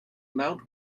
mount